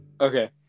Okay